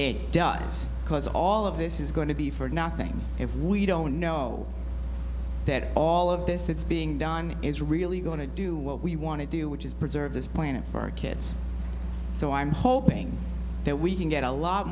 it does because all of this is going to be for nothing if we don't know that all of this that's being done is really going to do what we want to do which is preserve this planet for our kids so i'm hoping that we can get a lot